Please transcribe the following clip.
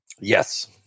Yes